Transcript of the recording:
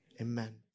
amen